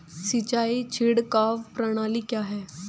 सिंचाई छिड़काव प्रणाली क्या है?